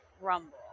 Rumble